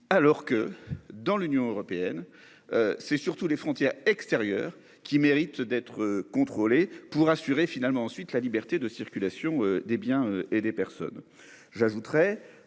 alors que dans l'Union européenne. C'est surtout les frontières extérieures qui mérite d'être contrôlé pour assurer finalement ensuite la liberté de circulation des biens et des personnes.